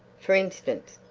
for instance,